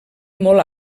molt